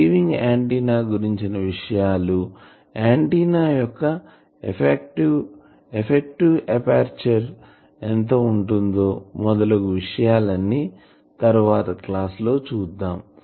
receiving antenna గురించిన విషయాలుఆంటిన్నా యొక్క ఎఫెక్టివ్ ఎపర్చరు ఎంత ఉంటుందో మొదలగు విషయాలు అన్ని తరవాత క్లాస్ లో చూద్దాం